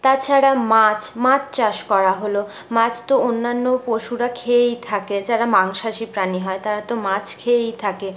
তাছাড়া মাছ মাছ চাষ করা হলো মাছ তো অন্যান্য পশুরা খেয়েই থাকে যারা মাংসাশী প্রাণী হয় তারা তো মাছ খেয়েই থাকে